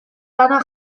lana